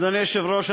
אדוני היושב-ראש,